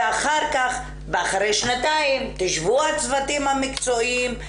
ואחר כך ואחרי שנתיים תשבו הצוותים המקצועיים,